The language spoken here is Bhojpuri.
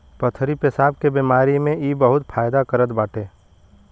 पथरी पेसाब के बेमारी में भी इ बहुते फायदा करत बाटे